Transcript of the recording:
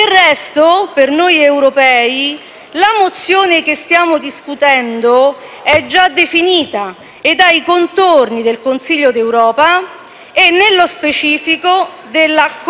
Del resto, per noi europei la mozione che stiamo discutendo è già definita ed ha i contorni del Consiglio d'Europa e, nello specifico, della Corte